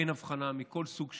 אין הבחנה מכל סוג שהוא.